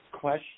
question